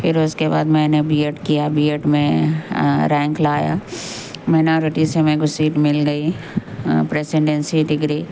پھر اس کے بعد میں نے بی ایڈ کیا بی ایڈ میں رینک لایا مینا ریڈی سے میرے کو سیٹ مل گئی پرسیڈینسی ڈگری